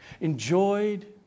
enjoyed